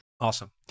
Awesome